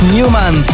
Newman